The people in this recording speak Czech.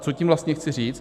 Co tím vlastně chci říci?